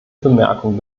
bemerkung